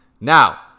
Now